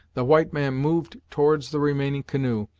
the white man moved towards the remaining canoe,